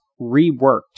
reworked